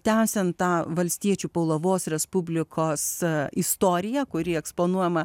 tęsiant tą valstiečių paulavos respublikos istoriją kuri eksponuojama